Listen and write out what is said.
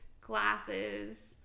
glasses